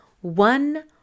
one